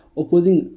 opposing